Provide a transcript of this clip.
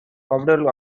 collectible